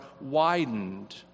widened